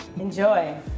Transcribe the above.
Enjoy